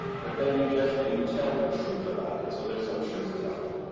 but then you just, and you tell the truth about it, so there's some truth telling.